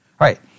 right